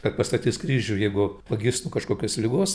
kad pastatys kryžių jeigu pagis nuo kažkokios ligos